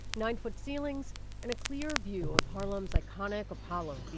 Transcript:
nine-foot ceilings and a clear view of harlem's iconic apollo